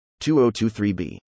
2023B